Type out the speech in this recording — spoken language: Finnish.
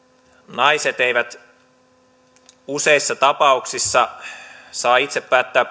naiset eivät useissa tapauksissa saa itse päättää